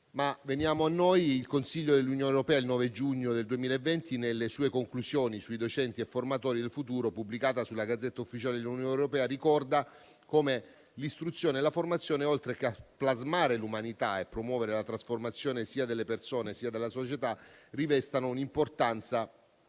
Il Consiglio dell'Unione europea il 9 giugno 2020, nelle sue conclusioni sui docenti e formatori del futuro, pubblicate sulla *Gazzetta ufficiale* dell'Unione europea, ricorda come l'istruzione e la formazione, oltre che a plasmare l'umanità e a promuovere la trasformazione sia delle persone sia della società, siano importanti